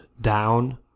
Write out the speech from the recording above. down